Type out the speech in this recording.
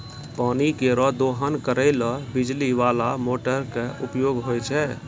पानी केरो दोहन करै ल बिजली बाला मोटर क उपयोग होय छै